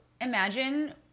imagine